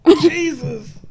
Jesus